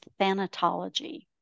thanatology